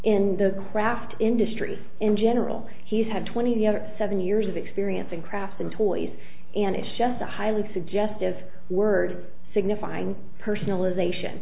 in the craft industry in general he's had twenty other seven years of experience and craft in tory's and it's just a highly suggestive word signifying personalization